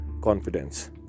confidence